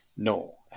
No